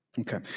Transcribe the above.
okay